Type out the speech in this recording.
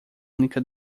única